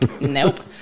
Nope